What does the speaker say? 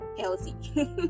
healthy